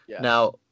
now